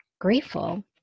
grateful